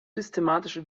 systematische